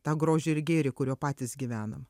tą grožį ir gėrį kuriuo patys gyvenam